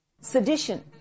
sedition